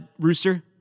Rooster